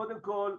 קודם כל,